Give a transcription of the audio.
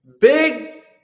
big